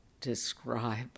describe